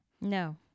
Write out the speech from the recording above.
No